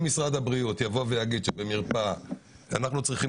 אם משרד הבריאות יאמר שבמרפאה אנחנו צריכים